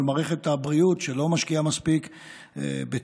מערכת הבריאות שהיא לא משקיעה מספיק בציוד,